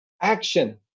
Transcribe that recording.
Action